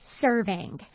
serving